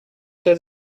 does